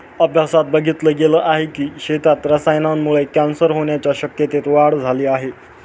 अभ्यासात बघितल गेल आहे की, शेतीत रसायनांमुळे कॅन्सर होण्याच्या शक्यतेत वाढ झाली आहे